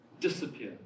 disappear